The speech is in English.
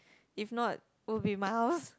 if not will be my house